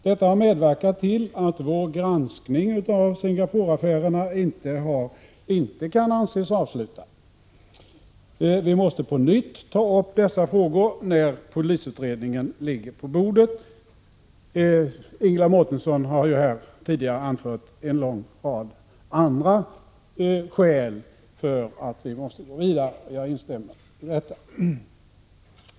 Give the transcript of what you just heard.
Det medverkar till att vår granskning av Singapore-affären inte kan anses avslutad. När polisutredningen ligger på bordet, måste vi på nytt ta upp dessa frågor. Ingela Mårtensson har här tidigare anfört en lång rad andra skäl till att vi måste gå vidare — jag instämmer i det.